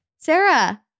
Sarah